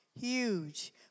huge